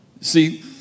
See